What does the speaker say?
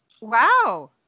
Wow